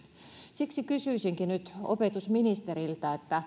siksi kysyisinkin nyt opetusministeriltä